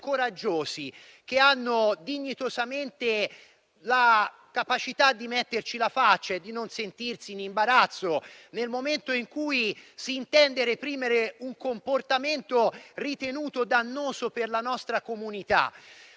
coraggiosi, che hanno dignitosamente la capacità di metterci la faccia e di non sentirsi in imbarazzo nel momento in cui si intende reprimere un comportamento ritenuto dannoso per la nostra comunità.